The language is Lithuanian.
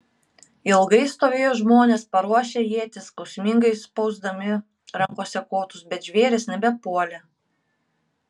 ilgai stovėjo žmonės paruošę ietis skausmingai spausdami rankose kotus bet žvėrys nebepuolė